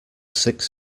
six